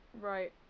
right